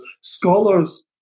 scholars